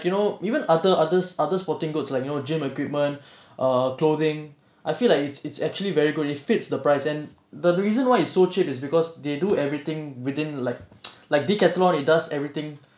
you know even other others other sporting goods like you know gym equipment err clothing I feel like it's it's actually very good it fits the price and the the reason why is so cheap is because they do everything within like like decathlon it does everything